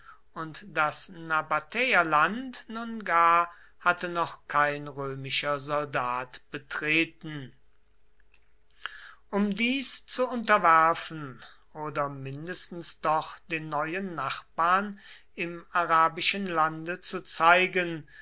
und das nabatäerland nun gar hatte noch kein römischer soldat betreten um dies zu unterwerfen oder mindestens doch den neuen nachbarn im arabischen lande zu zeigen